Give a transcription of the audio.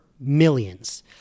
millions